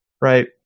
right